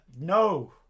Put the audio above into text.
No